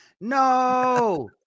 no